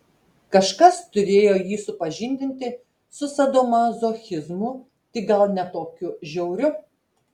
kažkas turėjo jį supažindinti su sadomazochizmu tik gal ne tokiu žiauriu